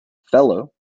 fellow